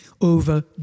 over